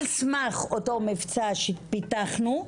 על סמך אותו מבצע שפתחנו,